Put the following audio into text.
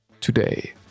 Today